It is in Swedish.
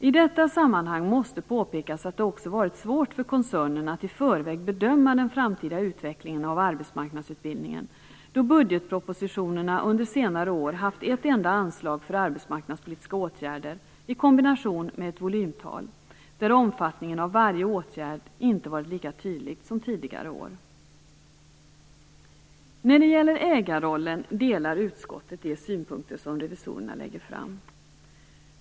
I detta sammanhang måste påpekas att det också har varit svårt för koncernen att i förväg bedöma den framtida utvecklingen av arbetsmarknadsutbildningen, då budgetpropositionerna under senare år haft ett enda anslag för arbetsmarknadspolitiska åtgärder i kombination med ett volymtal. Omfattningen av varje åtgärd har inte varit lika tydlig som tidigare år. När det gäller ägarrollen delar utskottet de synpunkter som revisorerna har lagt fram.